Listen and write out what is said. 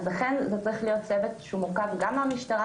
לכן זה צריך להיות צוות שהוא מורכב גם מהמשטרה,